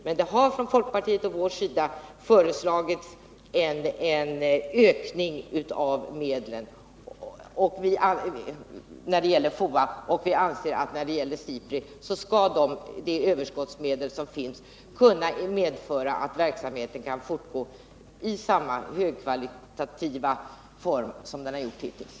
Men det har från folkpartiets och vår sida föreslagits en ökning av medlen när det gäller FOA, och vi anser att för SIPRI skall de överskottsmedel som finns kunna medföra att verksamheten kan fortgå i samma högkvalitativa form som den gjort hittills.